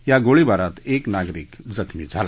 या गोळाबारात एक नागरिक जखमी झाला